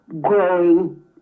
growing